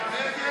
ההסתייגות